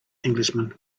englishman